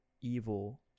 evil